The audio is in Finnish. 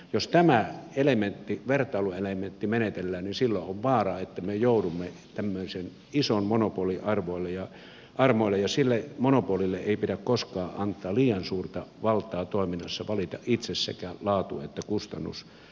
jos tämä vertailuelementti menetetään niin silloin on vaara että me joudumme tämmöisen ison monopolin armoille ja sille monopolille ei pidä koskaan antaa liian suurta valtaa toiminnassa valtaa valita itse sekä laatu että kustannustaso